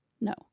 No